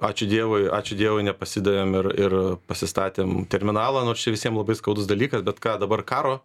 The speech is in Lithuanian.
ačiū dievui ačiū dievui nepasidavėm ir ir pasistatėm terminalą nors čia visiem labai skaudus dalykas bet ką dabar karo